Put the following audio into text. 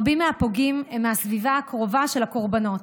רבים מהפוגעים הם מהסביבה הקרובה של הקורבנות,